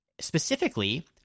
Specifically